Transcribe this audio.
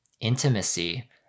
intimacy